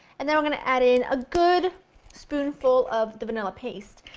and then we're going to add in a good spoonful of the vanilla paste.